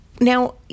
Now